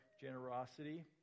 generosity